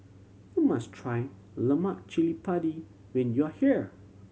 you must try lemak cili padi when you are here